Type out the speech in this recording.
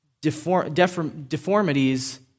deformities